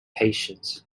patient